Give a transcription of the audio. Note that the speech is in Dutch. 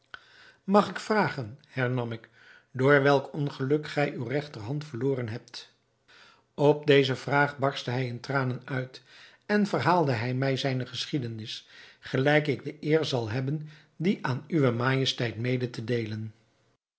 mag ik vragen hernam ik door welk ongeluk gij uwe regterhand verloren hebt op deze vraag barstte hij in tranen uit en verhaalde hij mij zijne geschiedenis gelijk ik de eer zal hebben die aan uwe majesteit mede te deelen